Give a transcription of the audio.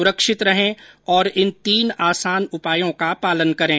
सुरक्षित रहें और इन तीन आसान उपायों का पालन करें